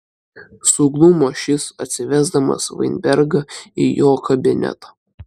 suglumo šis atsivesdamas vainbergą į jo kabinetą